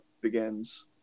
Begins